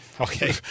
Okay